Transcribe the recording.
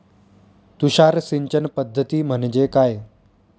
तुषार सिंचन पद्धती म्हणजे काय?